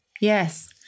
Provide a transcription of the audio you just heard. Yes